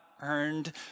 earned